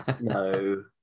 no